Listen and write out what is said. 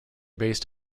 based